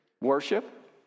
worship